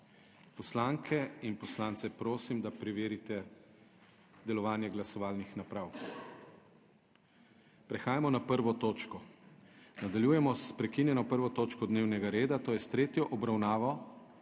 Poslanke in poslance prosim, da preverite delovanje glasovalnih naprav. Prehajamo na 1. točko. **Nadaljujemo s****prekinjeno 1. točko dnevnega reda - s****tretjo obravnavo